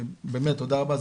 ובאמת תודה רבה.